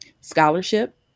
Scholarship